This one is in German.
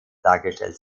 dargestellt